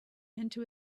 into